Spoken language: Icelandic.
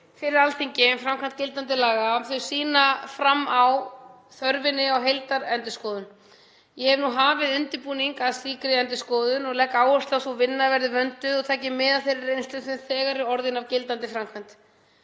fyrir Alþingi um framkvæmd gildandi laga sýna fram á þörfina á heildarendurskoðun. Ég hef nú hafið undirbúning að slíkri endurskoðun og legg áherslu á að sú vinna verði vönduð og taki mið af þeirri reynslu sem þegar er orðin af gildandi framkvæmd.